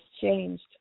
changed